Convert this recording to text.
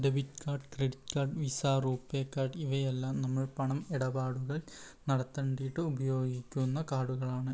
debit card credit card Visa RuPay card ഇവയെല്ലാം നമ്മൾ പണം ഇടപാടുകൾ നടത്തേണ്ടിയിട്ട് ഉപയോഗിക്കുന്ന കാർഡുകളാണ്